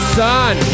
son